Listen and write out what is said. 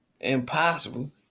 impossible